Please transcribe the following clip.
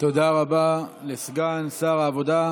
תודה רבה לסגן שר העבודה,